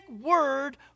word